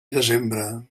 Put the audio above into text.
desembre